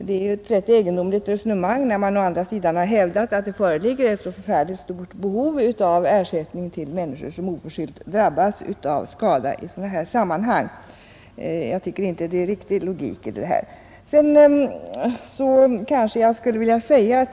Det är ju ett rätt egendomligt resonemang, när man å andra sidan har hävdat att det finns ett så oerhört stort behov av ersättning till människor som oförskyllt drabbas av skada i sådana här sammanhang. Jag tycker inte att det är någon logik i det.